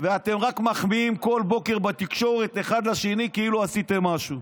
ואתם רק מחמיאים כל בוקר בתקשורת אחד לשני כאילו עשיתם משהו.